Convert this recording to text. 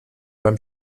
beim